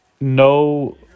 no